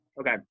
Okay